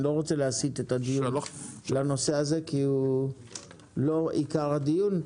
אני לא רוצה להסיט את הדיון לנושא הזה כי הוא לא עיקר הדיון.